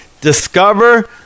Discover